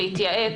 להתייעץ.